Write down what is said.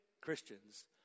Christians